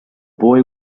boy